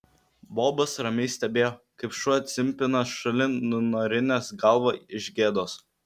bobas ramiai stebėjo kaip šuo cimpina šalin nunarinęs galvą iš gėdos